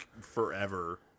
Forever